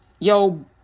Yo